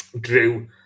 Drew